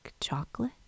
chocolate